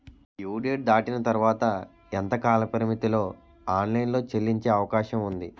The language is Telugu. డ్యూ డేట్ దాటిన తర్వాత ఎంత కాలపరిమితిలో ఆన్ లైన్ లో చెల్లించే అవకాశం వుంది?